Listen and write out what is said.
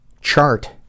chart